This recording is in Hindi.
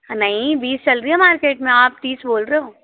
नहीं बीस चल रही है मार्केट में आप तीस बोल रहे हो